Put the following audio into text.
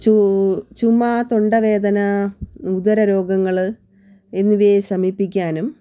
ചു ചുമ തൊണ്ടവേദന ഉദരരോഗങ്ങൾ എന്നിവയെ ശമിപ്പിക്കാനും